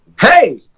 Hey